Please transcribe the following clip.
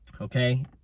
Okay